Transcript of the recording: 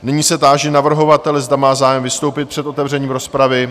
Nyní se táži navrhovatele, zda má zájem vystoupit před otevřením rozpravy?